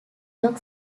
york